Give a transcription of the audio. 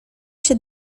się